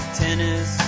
tennis